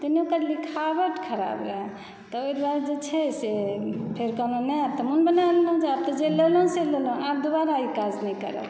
तहन तऽ लिखावट खराब रहऽ तऽ ओहि दुआरे जे छै से फेर कहलहुँ नहि आब तऽ मोन बनाय लेलहुँ जे आब तऽ जे लेलहुँ से लेलहुँ आब दोबारा ई काज नहि करब